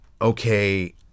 okay